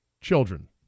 children